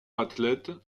athlète